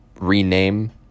rename